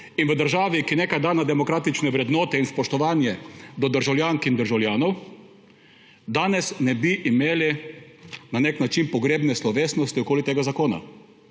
In v državi, ki nekaj da na demokratične vrednote in spoštovanje do državljank in državljanov, danes ne bi imeli na nek način pogrebne slovesnosti okoli tega zakona,